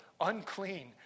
unclean